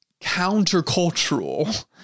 countercultural